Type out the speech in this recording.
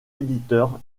éditeur